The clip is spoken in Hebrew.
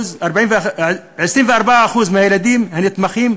כ-24% מהילדים הנתמכים,